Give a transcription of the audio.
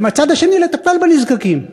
ומהצד השני, לטפל בנזקקים.